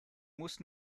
muss